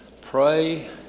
Pray